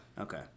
Okay